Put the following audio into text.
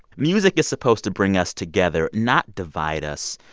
music is supposed to bring us together, not divide us.